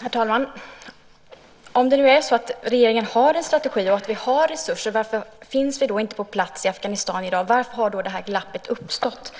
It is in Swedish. Herr talman! Om det nu är så att regeringen har en strategi och att vi har resurser, varför finns vi då inte på plats i Afghanistan i dag? Varför har då det här glappet uppstått?